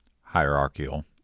Hierarchical